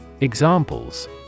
Examples